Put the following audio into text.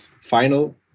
final